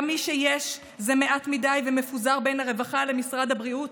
גם מה שיש זה מעט מדי ומפוזר בין הרווחה למשרד הבריאות,